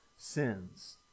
sins